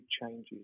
changes